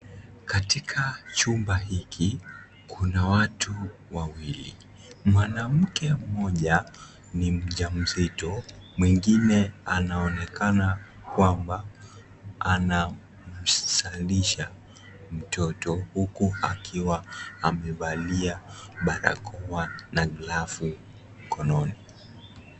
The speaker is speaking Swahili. Katika chumba hiki, kuna watu wawili. Mwanamke mmoja ni mjamzito, mwingine anaonekana kwamba, anamzalisha mtoto, huku akiwa amevalia barakoa na glovu mkononi.